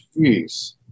Jeez